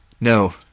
No